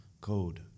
code